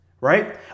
right